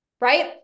right